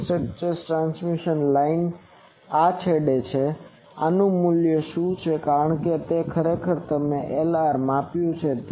feeding structures transmission line આ છેડેથી છે આનું મૂલ્ય શું છે કારણ કે ખરેખર આપણે Lr ને માપ્યું છે